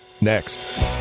Next